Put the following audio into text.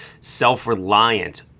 self-reliant